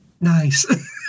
Nice